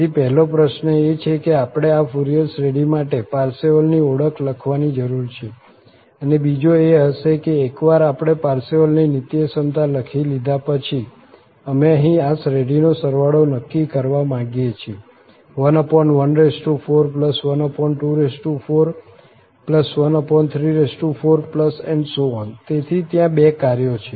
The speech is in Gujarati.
તેથી પહેલો પ્રશ્ન એ છે કે આપણે આ ફુરિયર શ્રેઢી માટે પારસેવલની ઓળખ લખવાની જરૂર છે અને બીજો એ હશે કે એકવાર આપણે પારસેવલની નિત્યસમતા લખી લીધા પછી અમે અહીં આ શ્રેઢીનો સરવાળો નક્કી કરવા માંગીએ છીએ 114124134 તેથી ત્યાં બે કાર્યો છે